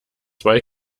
zwei